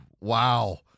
wow